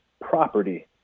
property